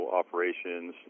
operations